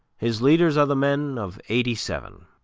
his leaders are the men of eighty seven.